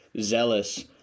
zealous